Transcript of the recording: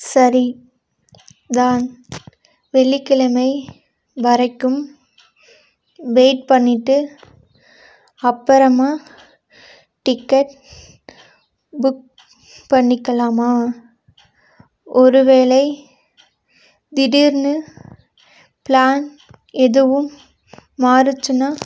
சரி தான் வெள்ளிக்கிழமை வரைக்கும் வெயிட் பண்ணிவிட்டு அப்புறமா டிக்கெட் புக் பண்ணிக்கலாமா ஒருவேளை திடீர்ன்னு ப்ளான் எதுவும் மாறிடுச்சின்னா